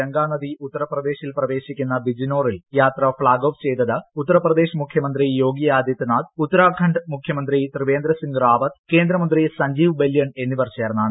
ഗംഗ നദി ഉത്തർപ്രദേശിൽ പ്രവേശിക്കുന്ന ബിജ്നോറിൽ യാത്ര ഫ്ളാഗ് ഓഫ് ചെയ്തത് ഉത്തർപ്രദേശ് മുഖ്യമന്ത്രി യോഗി ആദിത്യനാഥ് ഉത്തരാഖണ്ഡ് മുഖ്യമന്ത്രി ത്രിവേന്ദ്ര് സിംഗ് റാവത് കേന്ദ്രമന്ത്രി സഞ്ജീവ് ബല്യൻ എന്നിവർ ചേർന്നാണ്